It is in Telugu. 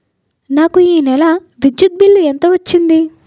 నాకు ఈ నెల విద్యుత్ బిల్లు ఎంత వచ్చింది?